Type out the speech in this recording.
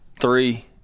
three